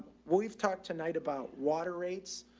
we've talked tonight about water rates.